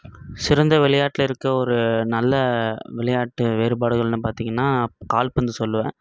சிறந்த விளையாட்டில் இருக்க ஒரு நல்ல விளையாட்டு வேறுபாடுகள்னு பார்த்திங்கன்னா கால்பந்து சொல்வேன்